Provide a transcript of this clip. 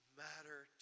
matter